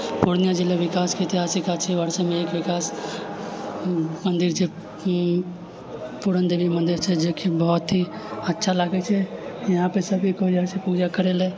पूर्णियाँ जिला विकासके ऐतिहासिक मन्दिर छै पूरन देवी मन्दिर छै जेकि बहुत ही अच्छा लागै छै यहाँपे सभी कोइ जाइ छै पूजा करय लए